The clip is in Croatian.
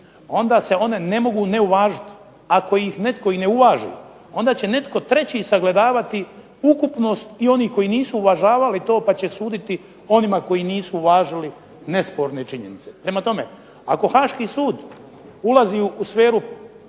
onda se one ne mogu ne uvažiti. Ako ih netko i ne uvaži onda će netko treći sagledavati ukupnost i onih koji nisu uvažavali to, pa će suditi onima koji nisu uvažili nesporne činjenice. Prema tome, ako Haaški sud ulazi u sferu